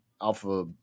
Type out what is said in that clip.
alpha